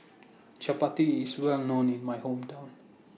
Chappati IS Well known in My Hometown